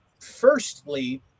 firstly